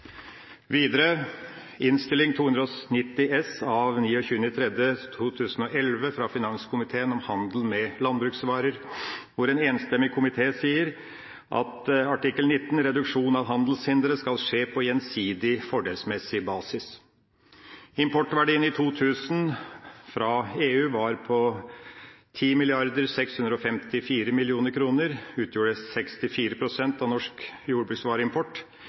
Videre: Innst. 290 S for 2010–2011 av 29. mars 2011 fra finanskomiteen om handel med landbruksvarer, hvor en enstemmig komité i artikkel 19 sier: reduksjonen av handelshindringer skal skje på gjensidig, fordelsmessig basis.» Importverdien i 2000 fra EU var på 10,654 mrd. kr og utgjorde 64 pst. av norsk jordbruksvareimport.